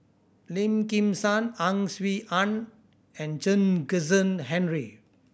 Lim Kim San Ang Swee Aun and Chen Kezhan Henri